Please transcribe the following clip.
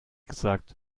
gesagt